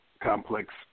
Complex